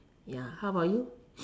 ya how about you